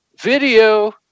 video